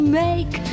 make